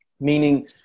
Meaning